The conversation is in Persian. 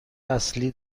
اصلی